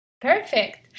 Perfect